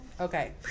Okay